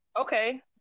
Okay